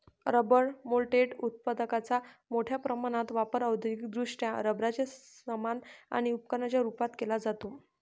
rubber moulded उत्पादकांचा मोठ्या प्रमाणात वापर औद्योगिकदृष्ट्या रबराचे सामान आणि उपकरणांच्या रूपात केला जातो